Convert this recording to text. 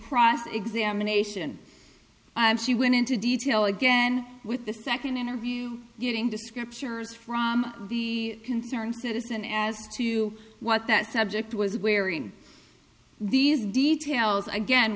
cross examination she went into detail again with the second interview getting to scriptures from the concerned citizen as to what that subject was wearing these details again